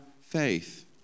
faith